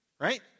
Right